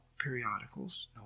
periodicals